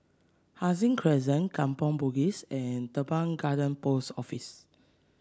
Hai Sing Crescent Kampong Bugis and Teban Garden Post Office